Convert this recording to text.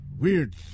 weird